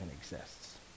exists